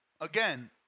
again